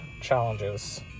challenges